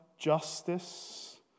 justice